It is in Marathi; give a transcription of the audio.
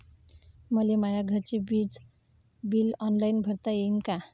मले माया घरचे विज बिल ऑनलाईन भरता येईन का?